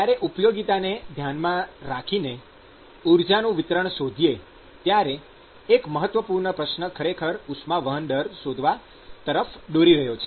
જ્યારે ઉપયોગિતાને ધ્યાનમાં રાખીને ઊર્જાનું વિતરણ શોધીએ ત્યારે એક મહત્વપૂર્ણ પ્રશ્ન ખરેખર ઉષ્મા વહન દર શોધવા તરફ દોરી રહ્યો છે